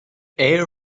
air